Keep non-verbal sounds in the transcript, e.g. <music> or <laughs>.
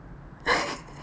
<laughs>